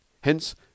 Hence